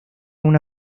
una